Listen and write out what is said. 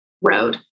Road